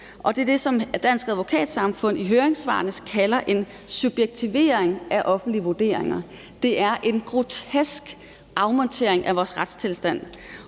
Det er det, som Advokatsamfundet i sit høringssvar kalder for en »subjektivering af vurderingen«. Der er en grotesk afmontering af vores retstilstand,